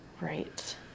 Right